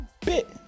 bit